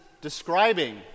describing